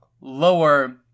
lower